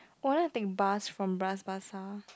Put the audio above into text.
!wah! then I take bus from Bras-Basah